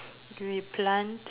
we plant